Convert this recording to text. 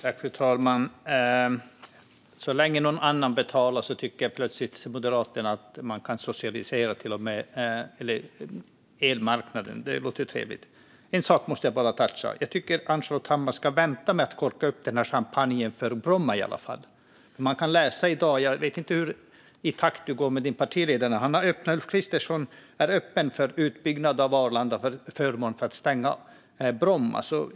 Fru talman! Så länge någon annan betalar tycker plötsligt Moderaterna att man kan socialisera elmarknaden. Det låter ju trevligt. En sak måste jag bara toucha. Jag tycker att Ann-Charlotte Hammar ska vänta med att korka upp champagnen för Bromma. Jag vet inte hur mycket du går i takt med din partiledare, men i dag kan man läsa att Ulf Kristersson är öppen för utbyggnad av Arlanda till förmån för att stänga Bromma.